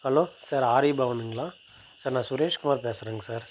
hello sir Arya பவனுங்களா sir நான் சுரேஷ்குமார் பேசுறேங்க சார்